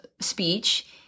speech